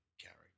character